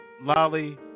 Lolly